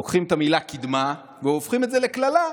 לוקחים את המילה קדמה והופכים את זה לקללה.